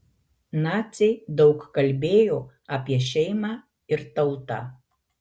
naciai daug kalbėjo apie šeimą ir tautą